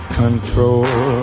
control